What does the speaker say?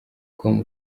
com